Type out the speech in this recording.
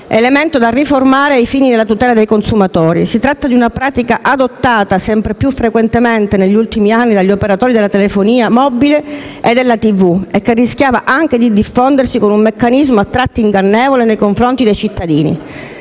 elemento da riformare ai fini della tutela dei consumatori. Si tratta di una pratica adottata sempre più frequentemente negli ultimi anni dagli operatori della telefonia mobile e della televisione e che rischiava anche di diffondersi con un meccanismo a tratti ingannevole nei confronti dei cittadini.